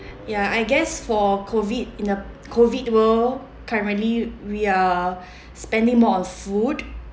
ya I guess for COVID in a COVID world currently we are spending more on food